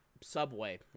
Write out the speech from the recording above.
Subway